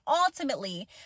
ultimately